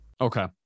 Okay